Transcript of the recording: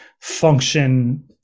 function